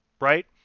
right